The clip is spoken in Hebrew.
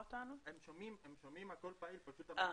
אני סגן בכיר לממונה,